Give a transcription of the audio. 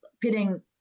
pitting